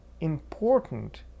important